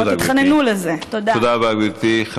תודה, גברתי.